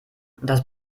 das